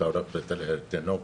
תגיע לתל נוף.